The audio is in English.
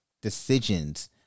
decisions